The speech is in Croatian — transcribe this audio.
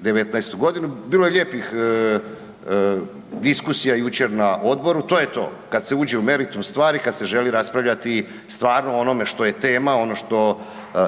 2019. g. Bilo je lijepih diskusija jučer na odboru, to je to, kad se uđe u meritum stvari, kad se želi raspravljati stvarno o onome što je tema, ono što